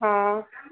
हा